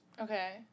Okay